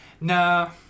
No